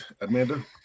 Amanda